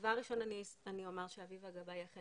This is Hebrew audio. דבר ראשון אני אומר שאביבה גבאי היא אכן